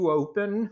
open